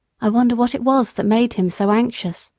i wonder what it was that made him so anxious!